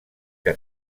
que